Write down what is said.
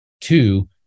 Two